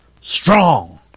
strong